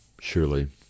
surely